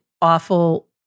awful